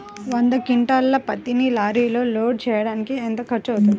వంద క్వింటాళ్ల పత్తిని లారీలో లోడ్ చేయడానికి ఎంత ఖర్చవుతుంది?